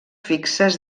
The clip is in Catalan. fixes